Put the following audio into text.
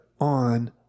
on